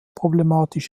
problematisch